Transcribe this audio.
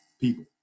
people